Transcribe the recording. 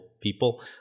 people